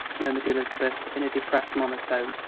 murmured elizabeth in a depressed monotone.